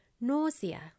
Nausea